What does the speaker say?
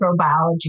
microbiology